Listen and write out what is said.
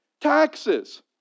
taxes